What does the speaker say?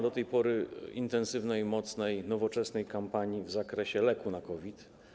Do tej pory nie ma intensywnej, mocnej, nowoczesnej kampanii w zakresie leku na COVID.